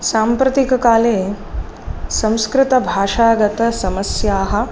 साम्प्रतिककाले संस्कृतभाषागतसमस्याः